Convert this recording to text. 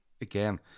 again